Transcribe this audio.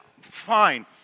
Fine